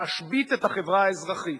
להשבית את החברה האזרחית,